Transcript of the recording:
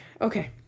Okay